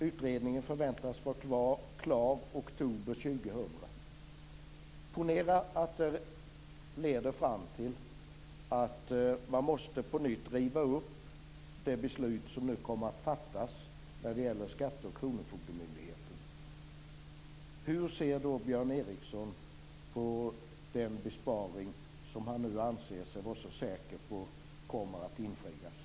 Utredningen förväntas vara klar i oktober 2000. Ponera att det leder fram till att man på nytt måste riva upp det beslut som nu kommer att fattas när det gäller skatte och kronofogdemyndigheten. Hur ser Björn Ericson på den besparing som han nu anser sig vara så säker på kommer att infrias?